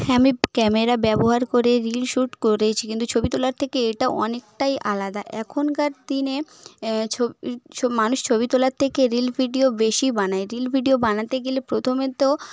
হ্যাঁ আমি ক্যামেরা ব্যবহার করে রিল শ্যুট করেছি কিন্তু ছবি তোলার থেকে এটা অনেকটাই আলাদা এখনকার দিনে ছবি মানুষ ছবি তোলার থেকে রিল ভিডিও বেশি বানায় রিল ভিডিও বানাতে গেলে প্রথমে তো